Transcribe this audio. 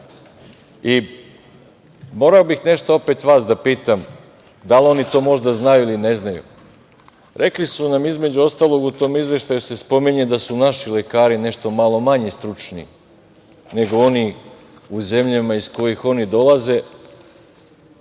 i morao bih nešto opet vas da pitam, da li oni to možda znaju ili ne znaju. Rekli su nam i između ostalog u tom izveštaju se spominje da su naši lekari nešto malo manje stručni, nego oni u zemljama iz kojih oni dolaze.